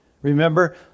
Remember